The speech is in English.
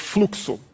Fluxo